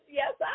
yes